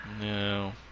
No